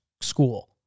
school—